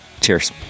Cheers